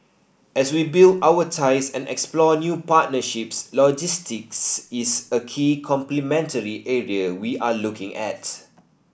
as we build our ties and explore new partnerships logistics is a key complementary area we are looking at